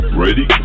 Ready